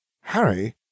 Harry